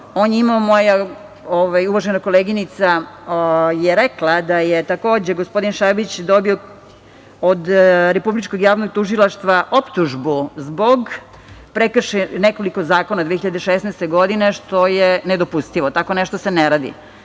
a drugo, moja uvažena koleginica je rekla da je, takođe, gospodin Šabić dobio od Republičkog javnog tužilaštva optužbu zbog prekršaja nekoliko zakona 2016. godine, što je nedopustivo. Tako nešto se ne radi. Moram